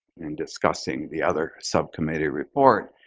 in discussing the other subcommittee report,